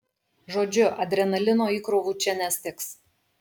žodžiu adrenalino įkrovų čia nestigs